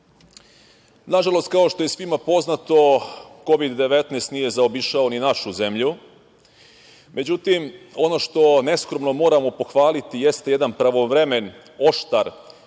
života. Nažalost, kao što je svima poznato, Kovid 19 nije zaobišao ni našu zemlju, međutim, ono što neskromno moramo pohvaliti jeste jedan pravovremen, oštar